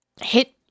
hit